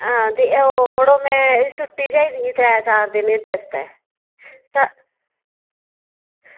ते ओह् मड़ो में छुट्टी चाहिदी ही त्रै चार दिन एह्दे आस्तै